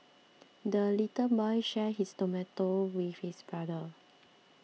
the little boy shared his tomato with his brother